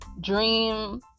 dream